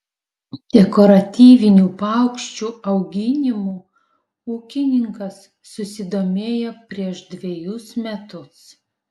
dekoratyvinių paukščių auginimu ūkininkas susidomėjo prieš dvejus metus